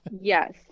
Yes